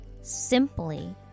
simply